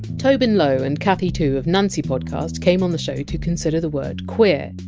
tobin low and kathy tu of nancy podcast came on the show to consider the word! queer.